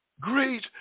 Great